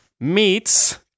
meets